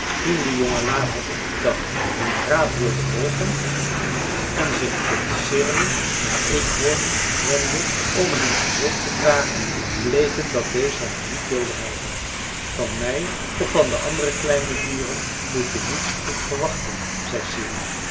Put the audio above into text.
toen de jongen later op den dag dien raad wilde volgen en zich tot sirle den eekhoorn wendde om hem om hulp te vragen bleek het dat deze hem niet wilde helpen van mij of van de andere kleine dieren moet je niets goeds verwachten zei sirle